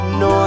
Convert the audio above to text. no